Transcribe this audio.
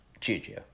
Juju